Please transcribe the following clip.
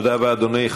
תודה רבה, אדוני.